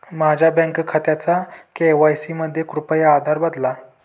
माझ्या बँक खात्याचा के.वाय.सी मध्ये कृपया आधार बदला